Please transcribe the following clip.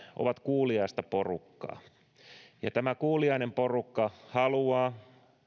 ovat kuuliaista porukkaa tämä kuuliainen porukka haluaa